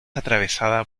atravesada